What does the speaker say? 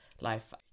life